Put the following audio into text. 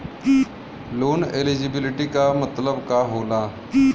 Loan eligibility का मतलब का होला?